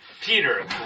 Peter